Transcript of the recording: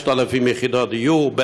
5,000 יחידות דיור,